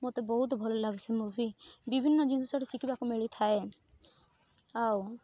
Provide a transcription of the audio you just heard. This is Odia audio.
ମତେ ବହୁତ ଭଲ ଲାଗୁଛି ମୁଭି ବିଭିନ୍ନ ଜିନିଷ ସେଇଠି ଶିଖିବାକୁ ମିଳିଥାଏ ଆଉ